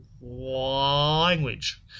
language